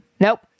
Nope